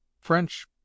French